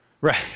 Right